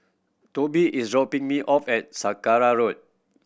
Tobie is dropping me off at Sacara Road